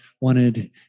wanted